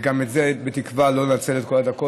וגם את זה בתקווה שלא לנצל את כל הדקות,